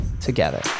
together